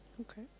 Okay